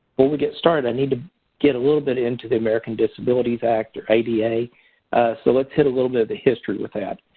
but we get started, i need to get a little bit into the american disabilities act or ada. so, let's get a little bit of the history with that.